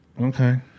Okay